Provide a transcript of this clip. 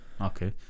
Okay